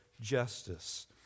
justice